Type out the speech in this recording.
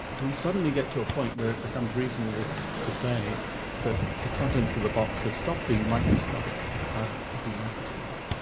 do we suddenly get to a point where it becomes reasonable to say that the contents of the box have stopped being microscopic and started to be macroscopic?